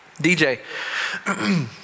DJ